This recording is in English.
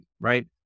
right